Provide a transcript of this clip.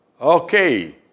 Okay